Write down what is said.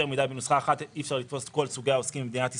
בנוסחה אחת אי אפשר לתפוס את כל סוגי העוסקים במדינת ישראל,